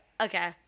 Okay